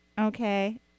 Okay